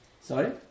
Sorry